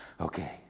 Okay